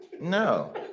No